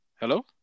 Hello